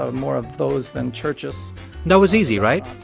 ah more of those than churches that was easy, right?